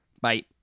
Bye